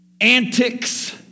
antics